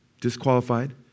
disqualified